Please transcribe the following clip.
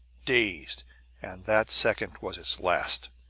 dazed and that second was its last.